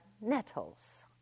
nettles